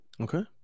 okay